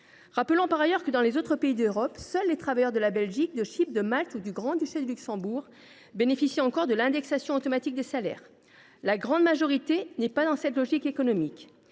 rappelle que, dans les autres pays d’Europe, seuls les travailleurs de la Belgique, de Chypre, de Malte et du Grand Duché du Luxembourg bénéficient encore de l’indexation automatique des salaires : la grande majorité des États ne s’inscrivent pas dans cette logique économique.